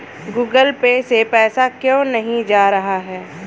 Google Pay से पैसा क्यों नहीं जा रहा है?